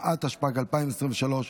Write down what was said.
התשפ"ג 2023,